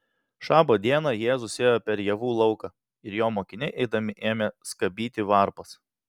šabo dieną jėzus ėjo per javų lauką ir jo mokiniai eidami ėmė skabyti varpas